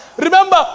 Remember